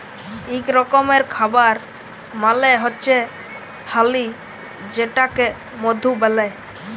ইক রকমের খাবার মালে হচ্যে হালি যেটাকে মধু ব্যলে